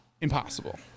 impossible